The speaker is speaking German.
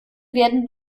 werden